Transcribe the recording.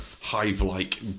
hive-like